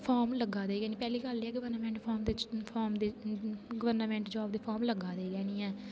form लग्गा दे गै नी पहली गल्ल ऐ है कि गवर्नामेंट जाॅव दे फार्म लग्गा दे गै नेई हेन